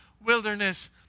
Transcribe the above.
wilderness